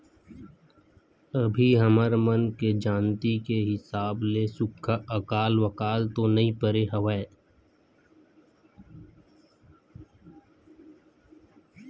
अभी हमर मन के जानती के हिसाब ले सुक्खा अकाल वकाल तो नइ परे हवय